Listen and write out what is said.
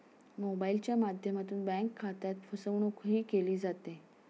मोबाइलच्या माध्यमातून बँक खात्यात फसवणूकही केली जाते